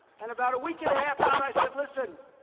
and about a week and a half out, i said, listen,